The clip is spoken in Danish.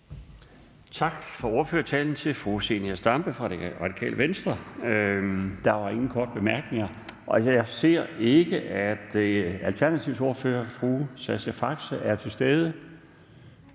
Tak for ordførertalen til fru Zenia Stampe fra Det Radikale Venstre. Der er ingen korte bemærkninger, og jeg ser ikke, at Alternativets ordfører, fru Sascha Faxe, er til stede.